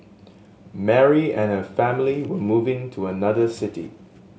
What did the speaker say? Mary and her family were moving to another city